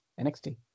NXT